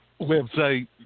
website